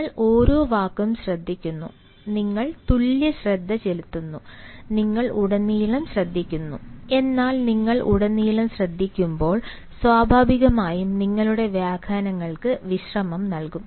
നിങ്ങൾ ഓരോ വാക്കും ശ്രദ്ധിക്കുന്നു നിങ്ങൾ തുല്യ ശ്രദ്ധ ചെലുത്തുന്നു നിങ്ങൾ ഉടനീളം ശ്രദ്ധിക്കുന്നു എന്നാൽ നിങ്ങൾ ഉടനീളം ശ്രദ്ധിക്കുമ്പോൾ സ്വാഭാവികമായും നിങ്ങളുടെ വ്യാഖ്യാനങ്ങൾക്ക് വിശ്രമം നൽകും